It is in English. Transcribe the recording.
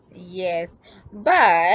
yes but